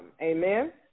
Amen